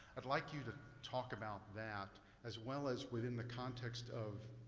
i'd like you to talk about that. as well as within the context of